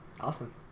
Awesome